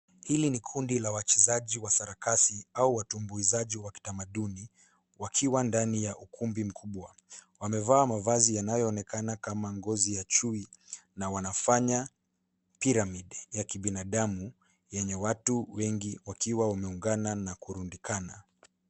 Hili ni kundi la wachezaji wa sarakasi au watumbuizaji wa kitamaduni wakiwa ndani ya ukumbi mkubwa. Wamevaa mavazi yanayoonekana kama ngozi ya chui na wanafanya pyramid ya kibinadamu yenye watu wengi wakiwa wameungana na kurundikana.